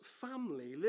family